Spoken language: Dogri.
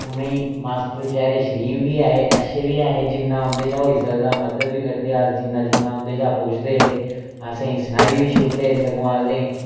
उ'नेंगी मास्टर बेचारे शरीफ बी ऐ हे अच्छे बी ऐ हे जिन्ना उं'दे शा होई सकदा हा मदद बी करदे हे अस जिन्ना जिन्ना उं'दे शा पुच्छदे हे असेंगी सनाई बी छुड़दे हे सगुआंं असेंगी